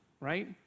right